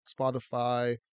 Spotify